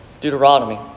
Deuteronomy